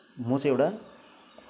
म चाहिँ एउटा